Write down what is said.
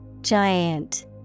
Giant